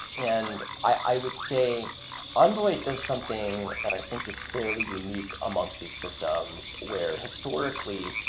and i would say envoy does something that i think is fairly unique amongst these systems where, historically,